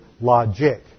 logic